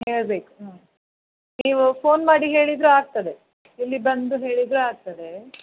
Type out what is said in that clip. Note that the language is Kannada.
ಹೇಳಬೇಕು ನೀವು ಫೋನ್ ಮಾಡಿ ಹೇಳಿದರು ಆಗ್ತದೆ ಇಲ್ಲಿ ಬಂದು ಹೇಳಿದರು ಆಗ್ತದೇ